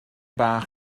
bach